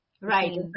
right